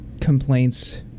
complaints